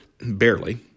barely